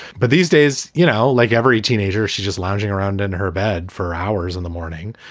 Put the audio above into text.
but these days, you know, like every teenager, she's just lounging around in her bed for hours in the morning.